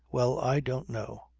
well, i don't know.